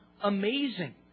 amazing